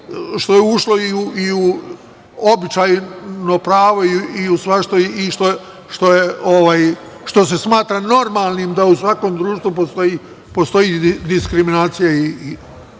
što je ušlo i u običajno pravo i što se smatra normalnim da u svakom društvu postoji diskriminacija i sve što